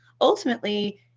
ultimately